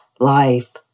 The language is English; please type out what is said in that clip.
Life